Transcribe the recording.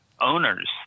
owners